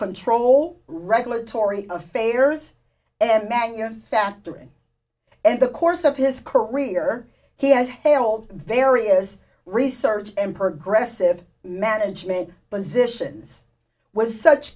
control regulatory affairs and manufacturing and the course of his career he has held various research and progressive management positions with such